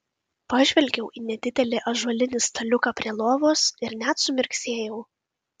pažvelgiau į nedidelį ąžuolinį staliuką prie lovos ir net sumirksėjau